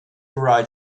write